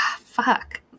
fuck